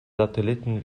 satelliten